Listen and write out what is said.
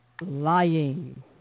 Lying